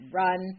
run